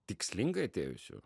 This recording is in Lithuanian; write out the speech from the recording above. tikslingai atėjusių